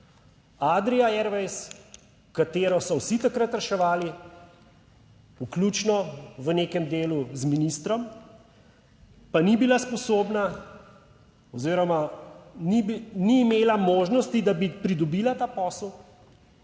Adria Airways, katero so vsi takrat reševali vključno v nekem delu z ministrom, pa ni bila sposobna oziroma ni imela možnosti, da bi pridobila ta posel